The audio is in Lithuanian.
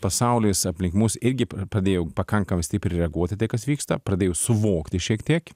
pasaulis aplink mus irgi pradėjo pakankamai stipriai reaguot į tai kas vyksta pradėjo suvokt šiek tiek